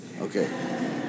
Okay